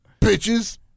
bitches